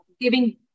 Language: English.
giving